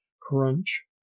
Crunch